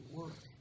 work